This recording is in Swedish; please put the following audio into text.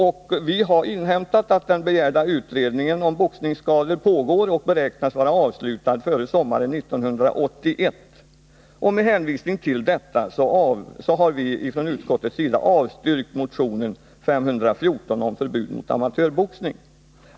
Vi har också inhämtat att den begärda utredningen om boxningsskador pågår och beräknas vara avslutad före sommaren 1981. Med hänvisning härtill har utskottet avstyrkt motion 514 om förbud mot amatörboxning.